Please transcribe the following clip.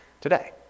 today